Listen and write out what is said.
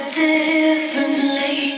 differently